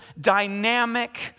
dynamic